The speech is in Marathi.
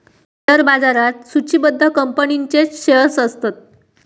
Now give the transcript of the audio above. शेअर बाजारात सुचिबद्ध कंपनींचेच शेअर्स असतत